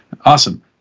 awesome